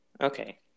Okay